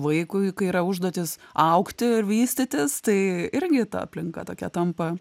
vaikui tai yra užduotys augti ir vystytis tai irgi ta aplinka tokia tampa